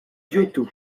giotto